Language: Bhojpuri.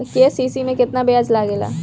के.सी.सी में केतना ब्याज लगेला?